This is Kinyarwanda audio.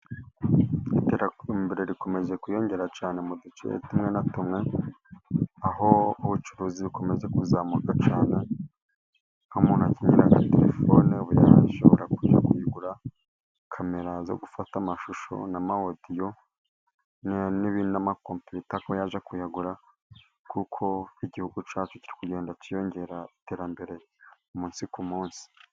Iterambere rikomeje kwiyongera cyane mu duce tumwe na tumwe, aho ubucuruzi bukomeza kuzamuka cyane, aho umuntu akenera kuri telefone ubu ashobora kujya kuyigura, Kamera zo gufata amashusho na'ama odiyo, n'ama kompiyuta akaba yajya kuyagura kuko igihugu cyacu kiri kugenda cyiyongera iterambere umunsi ku munsi.